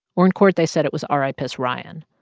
or in court, they said it was ah ripiss ryan.